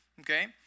Okay